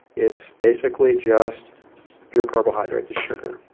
it's basically just pure carbohydrate, the sugar.